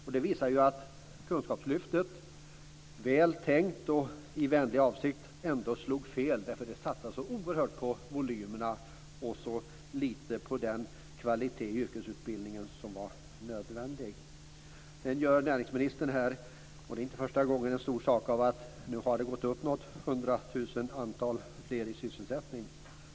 Detta visar att kunskapslyftet, väl tänkt och med vänlig avsikt, ändå slog fel, eftersom det satsades så oerhört på volymerna och så lite på den kvalitet i yrkesutbildningen som var nödvändig. Sedan gör näringsministern, inte för första gången, en stor sak av att antalet i sysselsättning nu har gått upp med så och så många tusen.